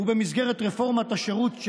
ובמסגרת רפורמת השירות,